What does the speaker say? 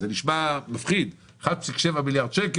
זה נשמע מפחיד 1.7 מיליארד שקל,